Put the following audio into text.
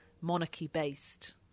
monarchy-based